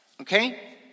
Okay